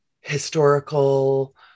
historical